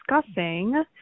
discussing